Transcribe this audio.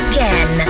Again